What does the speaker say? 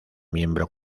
miembro